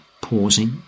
pausing